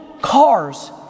cars